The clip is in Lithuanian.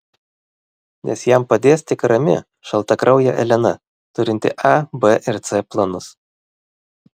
nes jam padės tik rami šaltakraujė elena turinti a b ir c planus